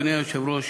אדוני היושב-ראש,